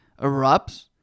erupts